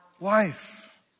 life